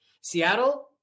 Seattle